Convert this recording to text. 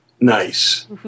Nice